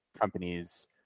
companies